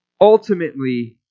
ultimately